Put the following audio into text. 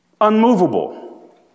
Unmovable